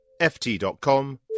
ft.com